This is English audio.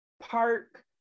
park